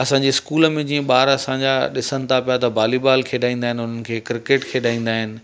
असांजे स्कूल में जीअं ॿार असांजा ॾिसनि था पिया त बॉलीबॉल खेॾाईंदा आहिनि उन्हनि खे क्रिकेट खेॾाईंदा आहिनि